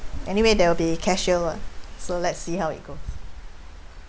anyway there will be CareShield lah so let's see how it goes